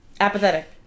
Apathetic